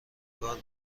کار